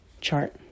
chart